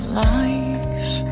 life